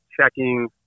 checking